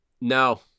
No